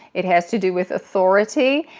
it has to do with authority,